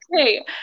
Okay